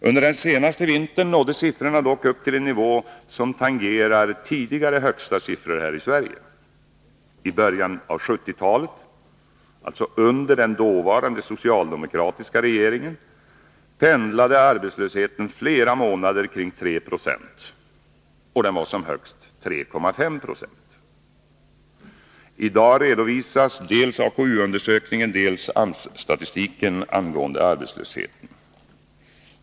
Under den senaste vintern nådde siffrorna dock upp till en nivå som tangerar tidigare högsta siffror här i Sverige. I början av 1970-talet, under den dåvarande socialdemokratiska regeringen, pendlade arbetslösheten flera månader kring 3 760 och var som högst 3,5 96. I dag redovisas dels arbetskraftsundersökningen, AKU, dels AMS statistiken angående arbetslösheten.